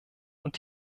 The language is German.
und